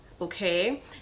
okay